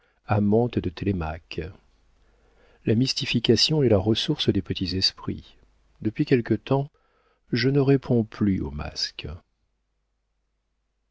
amante de télémaque la mystification est la ressource des petits esprits depuis quelque temps je ne réponds plus aux masques